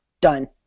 Done